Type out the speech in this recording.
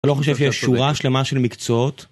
אתה לא חושב שיש שורה שלמה של מקצועות?